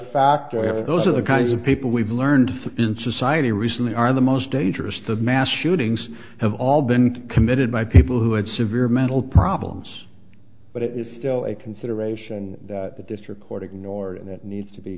factor those are the kinds of people we've learned in society recently are the most dangerous the mass shootings have all been committed by people who had severe mental problems but it is still a consideration that the district court ignored and it needs to be